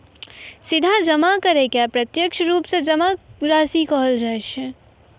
सीधा जमा करै के प्रत्यक्ष रुपो से जमा राशि कहलो जाय छै